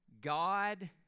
God